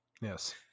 Yes